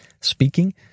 speaking